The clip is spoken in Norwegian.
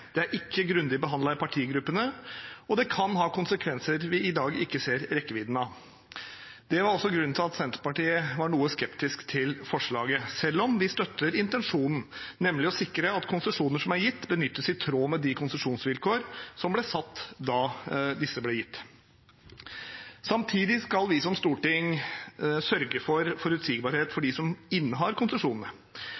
det er ikke grundig behandlet i partigruppene, og det kan ha konsekvenser vi i dag ikke ser rekkevidden av. Det er også grunnen til at Senterpartiet var noe skeptisk til forslaget, selv om vi støtter intensjonen, nemlig å sikre at konsesjoner som er gitt, benyttes i tråd med de konsesjonsvilkårene som ble satt da disse ble gitt. Samtidig skal vi som storting sørge for forutsigbarhet for